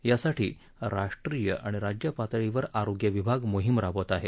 यासाठी राष्ट्रीय आणि राज्य पातळीवर आरोग्यविभाग मोहीम राबवत आहे